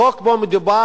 החוק שבו מדובר